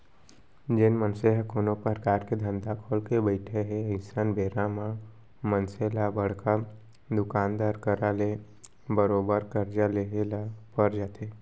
जेन मनसे ह कोनो परकार के धंधा खोलके बइठे हे अइसन बेरा म मनसे ल बड़का दुकानदार करा ले बरोबर करजा लेहेच ल पर जाथे